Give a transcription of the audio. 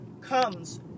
comes